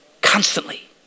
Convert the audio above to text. constantly